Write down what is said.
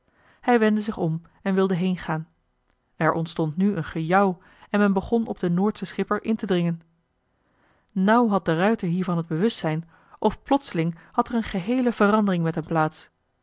hij wendde zich om en wilde heengaan er ontstond nu een gejouw en men begon op den noordschen schipper in te dringen nauw had de ruijter hiervan het bewustzijn of plotseling had er een geheele verandering met hem plaats